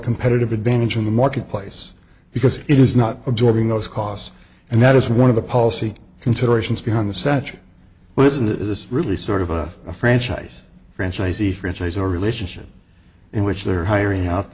competitive advantage in the marketplace because it is not absorbing those costs and that is one of the policy considerations behind the satchel but isn't this really sort of a franchise franchisee franchise or relationship in which they're hiring